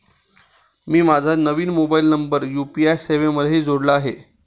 मी माझा नवीन mobile number UPI सेवेमध्ये जोडला आहे